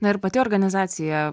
na ir pati organizacija